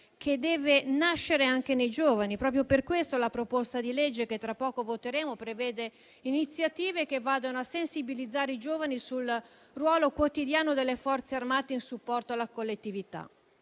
che deve nascere anche nei giovani e proprio per questo la proposta di legge che tra poco voteremo prevede iniziative che vadano a sensibilizzare i giovani sul ruolo quotidiano che le Forze armate svolgono in supporto alla collettività.